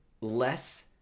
less